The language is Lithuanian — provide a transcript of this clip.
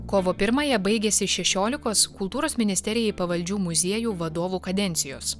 kovo pirmąją baigėsi šešiolikos kultūros ministerijai pavaldžių muziejų vadovų kadencijos